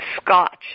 scotch